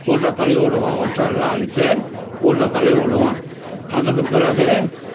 வீட்ட கழுவி விடுவோம் ஒட்றை எல்லாம் அடித்து வீட்ட கழுவி விடுவோம் அதுக்கு பிறகு